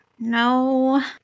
No